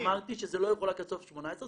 אז אמרתי שזה לא יחולק עד סוף 18',